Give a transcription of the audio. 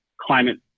climate